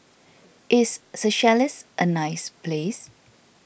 is Seychelles a nice place